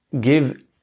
give